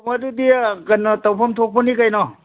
ꯑꯣ ꯑꯗꯨꯗꯤ ꯀꯩꯅꯣ ꯇꯧꯐꯝ ꯊꯣꯛꯄꯅꯤ ꯀꯩꯅꯣ